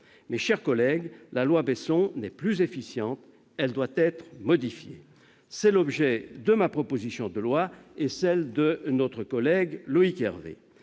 Mes chers collègues, la loi Besson n'est plus efficiente, elle doit être modifiée. C'est l'objet de ma proposition de loi et de celle de notre collègue Loïc Hervé.